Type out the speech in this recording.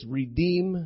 redeem